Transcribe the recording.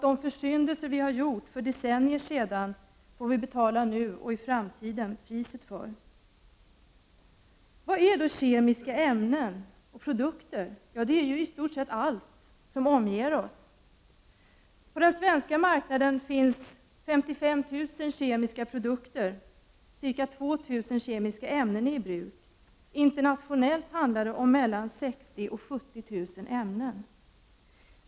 De försyndelser vi har gjort för decennier sedan får vi betala priset för, nu och i framtiden. Vad är då kemiska ämnen och produkter? Ja, det är i stort sett allt som omger oss. På den svenska marknaden finns 55 000 kemiska produkter. Ca 2 000 kemiska ämnen är i bruk. Internationellt handlar det om mellan 60 000 och 70 000 ämnen.